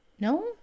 no